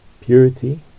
purity